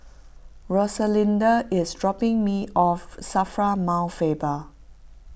Rosalinda is dropping me off Safra Mount Faber